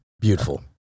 Beautiful